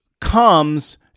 comes